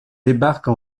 débarque